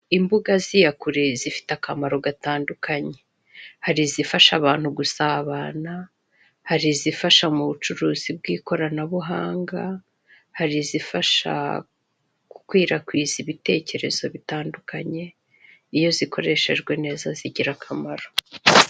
Imbuga z'iyakure zifite akamaro gatandukanye. Hari izifasha abantu gusabana, hari izifasha mu bucuruzi bw'ikoranabuhanga, hari izifasha gukwirakwiza ibitekerezo bitandukanye, iyo zikoreshejwe neza zigira akamaro.